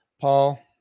Paul